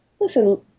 listen